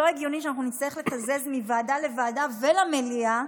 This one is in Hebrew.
לא הגיוני שאנחנו נצטרך לתזז מוועדה לוועדה ולמליאה,